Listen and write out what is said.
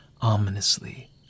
ominously